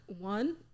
one